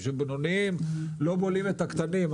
שבינוניים לא בולעים את הקטנים.